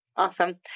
Awesome